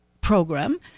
program